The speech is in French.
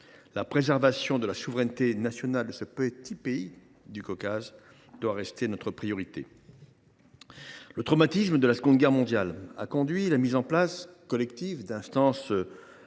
La préservation de la souveraineté nationale de ce petit pays du Caucase doit rester notre priorité. Le traumatisme de la Seconde Guerre mondiale a conduit à la mise en place collective d’instances